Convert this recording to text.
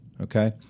okay